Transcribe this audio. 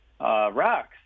Rocks